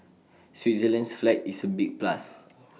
Switzerland's flag is A big plus